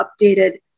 updated